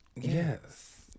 Yes